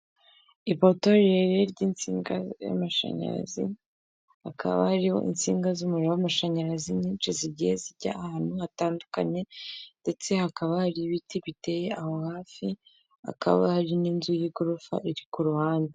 Ipoto rirerire ry'intsinga z'amashanyarazi, hakaba hariho intsinga z'umuriro w'amashanyarazi nyinshi, zigiye zijya ahantu hatandukanye, ndetse hakaba hari ibiti biteye aho hafi, hakaba hari n'inzu y'igorofa iri ku ruhande.